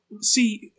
see